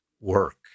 work